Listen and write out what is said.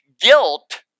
Guilt